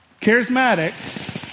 charismatic